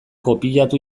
kopiatu